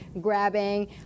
grabbing